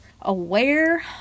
aware